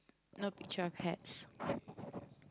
no picture of hats